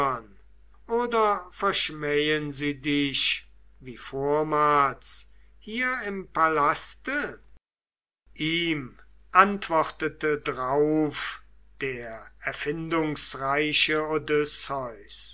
oder verschmähen sie dich wie vormals hier im palaste ihm antwortete drauf der erfindungsreiche